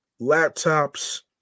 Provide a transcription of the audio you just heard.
laptops